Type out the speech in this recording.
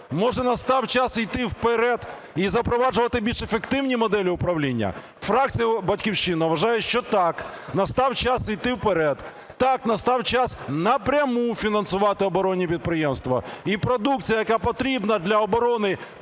Може, настав час йти вперед і запроваджувати більш ефективні моделі управління? Фракція "Батьківщина" вважає, що так, настав час йти вперед, так, настав час напряму фінансувати оборонні підприємства. І продукція, яка потрібна для оборони